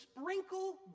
sprinkle